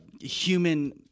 human